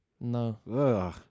No